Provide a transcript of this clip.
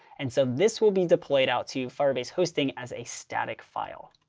and so this will be deployed out to firebase hosting as a static file.